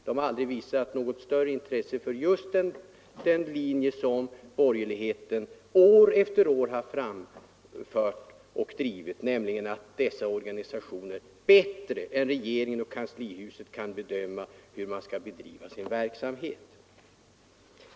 Den har aldrig visat något större intresse för den linje som borgerligheten år efter år har drivit, nämligen att dessa organisationer bättre än regeringen och kanslihuset kan bedöma hur de skall bedriva sin verksamhet.